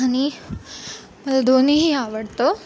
आणि मला दोन्हीही आवडतं